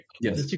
Yes